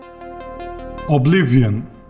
Oblivion